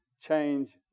Change